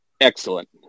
excellent